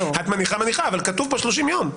את מניחה, אבל כתוב פה 30 יום.